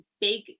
big